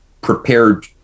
prepared